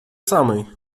samej